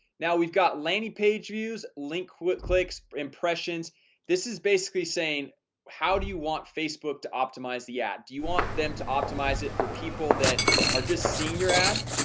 now. we've got landing page views link quit clicks impressions this is basically saying how do you want facebook to optimize the ad do you want them to optimize it for people that are just seeing your ad?